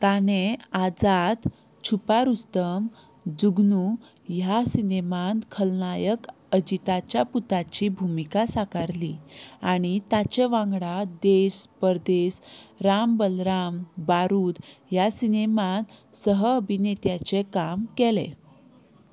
ताणें आझाद छुपारुस्तम जुग्नू ह्या सिनेमांत खलनायक अजिताच्या पुताची भुमिका साकारली आनी ताचे वांगडा देश परदेस राम बलराम बारूद ह्या सिनेमांत सह अभिनेत्याचें काम केलें